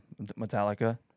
Metallica